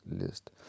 list